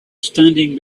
standing